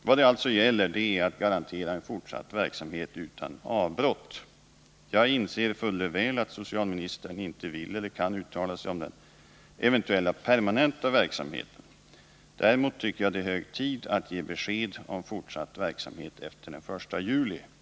Vad det alltså gäller är att garantera en fortsatt verksamhet utan avbrott. Jaginser fuller väl att socialministern inte vill eller kan uttala sig om denna eventuella permanenta verksamhet. Däremot tycker jag det är hög tid att ge besked om den fortsatta verksamheten efter den 1 juli.